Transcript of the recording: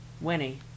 Winnie